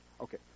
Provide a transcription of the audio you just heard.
Okay